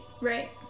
Right